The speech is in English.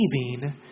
receiving